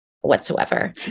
whatsoever